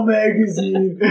magazine